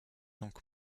donc